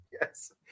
yes